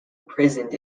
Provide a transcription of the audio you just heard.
imprisoned